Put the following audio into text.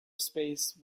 space